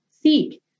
seek